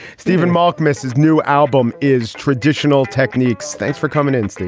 stephen malkmus, his new album is traditional techniques. thanks for coming in, steve.